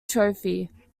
trophy